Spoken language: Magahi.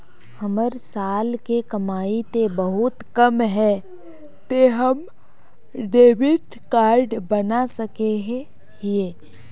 हमर साल के कमाई ते बहुत कम है ते हम डेबिट कार्ड बना सके हिये?